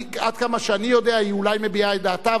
עד כמה שאני יודע היא אולי מביעה את דעתה,